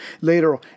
Later